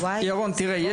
תודה רבה ירון תראה,